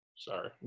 Sorry